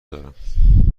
دارم